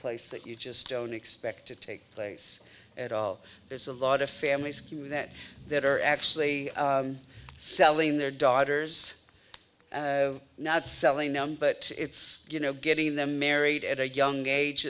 place that you just don't expect to take place at all there's a lot of families skew that that are actually selling their daughters not selling them but it's you know getting them married at a young age